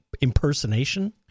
Impersonation